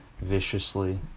viciously